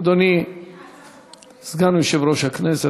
אדוני סגן יושב-ראש הכנסת,